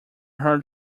heart